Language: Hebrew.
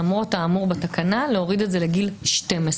למרות האמור בתקנה להוריד את זה לגיל 12,